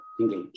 engage